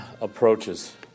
approaches